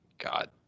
god